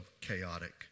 chaotic